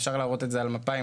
אפשר להראות את זה על המפה.